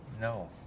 No